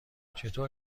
چطور